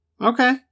okay